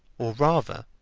or rather,